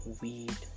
weed